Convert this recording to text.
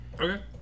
Okay